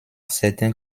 certains